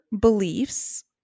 beliefs